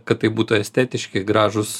kad tai būtų estetiški gražūs